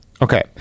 Okay